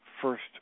first